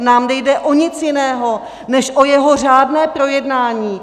Nám nejde o nic jiného než o jeho řádné projednání.